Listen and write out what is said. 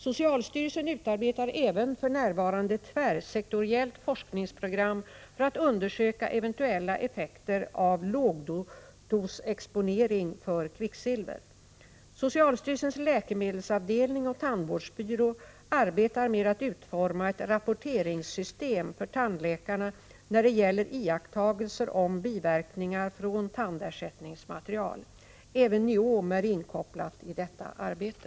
Socialstyrelsen utarbetar även för närvarande ett tvärsektoriellt forskningsprogram för att undersöka eventuella effekter av lågdosexponering för kvicksilver. Socialstyrelsens läkemedelsavdelning och tandvårdsbyrå arbetar med att utforma ett rapporteringssystem för tandläkarna när det gäller iakttagelser om biverkningar från tandersättningsmaterial. Även NIOM är inkopplat i detta arbete.